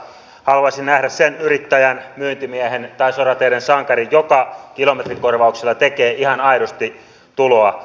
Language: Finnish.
haluaisin nähdä sen yrittäjän myyntimiehen tai sorateiden sankarin joka kilometrikorvauksilla tekee ihan aidosti tuloa